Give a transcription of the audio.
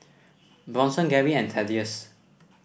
Bronson Garry and Thaddeus